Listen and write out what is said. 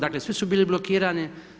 Dakle, svi su bili blokirani.